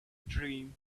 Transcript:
dream